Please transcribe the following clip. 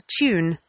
tune